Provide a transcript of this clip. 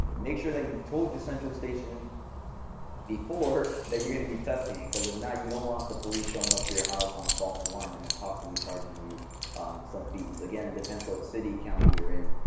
make sure that you've told your central station before that you're going to be testing it. because if not, you don't want the police showing up to your house on a false alarm and then possibly charging you some fees. again, it depends what city, county you're in,